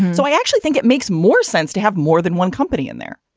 so i actually think it makes more sense to have more than one company in there.